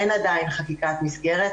אין עדיין חקיקת מסגרת.